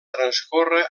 transcórrer